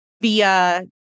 via